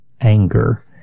anger